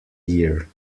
year